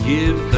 Give